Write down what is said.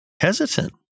hesitant